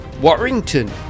Warrington